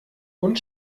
und